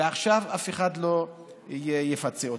ועכשיו אף אחד לא יפצה אותו.